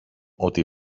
ότι